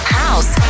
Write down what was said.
house